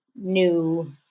new